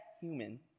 human